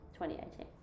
2018